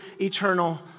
eternal